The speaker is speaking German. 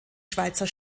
schweizer